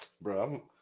Bro